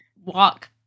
walk